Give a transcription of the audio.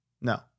no